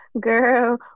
Girl